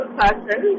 person